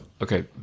okay